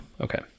Okay